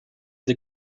des